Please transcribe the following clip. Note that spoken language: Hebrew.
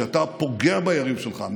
שאתה פוגע ביריב שלך,